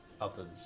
others